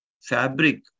fabric